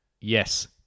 yes